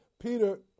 Peter